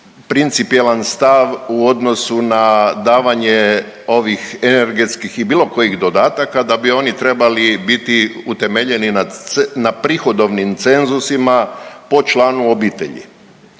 principijelan stav u odnosu na davanje ovih energetskih i bilo kojih dodataka da bi oni trebali biti utemeljeni na prihodovnim cenzusima po članu obitelji.